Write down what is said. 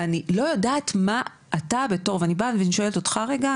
ואני באה ושואלת אותך רגע,